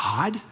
God